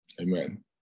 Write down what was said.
Amen